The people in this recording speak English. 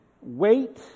wait